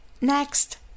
Next